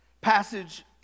passage